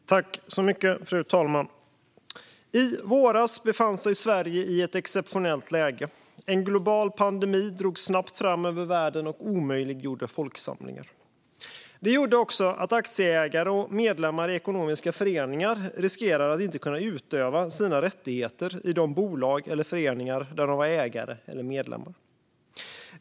Revision av det enhet-liga elektroniska rapporteringsformatet Fru talman! I våras befann sig Sverige i ett exceptionellt läge. En global pandemi drog snabbt fram över världen och omöjliggjorde folksamlingar. Det gjorde också att aktieägare och medlemmar i ekonomiska föreningar riskerade att inte kunna utöva sina rättigheter i de bolag eller föreningar där de var ägare eller medlemmar.